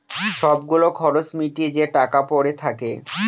সব গুলো খরচ মিটিয়ে যে টাকা পরে থাকে